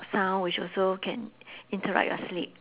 sound which also can interrupt your sleep